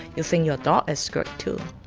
you think your dog is great too.